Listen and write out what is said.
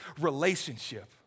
relationship